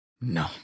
No